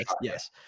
yes